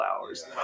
hours